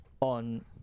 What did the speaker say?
On